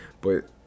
But-